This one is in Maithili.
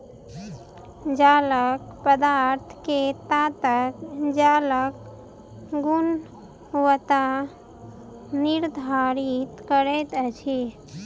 जालक पदार्थ के ताकत जालक गुणवत्ता निर्धारित करैत अछि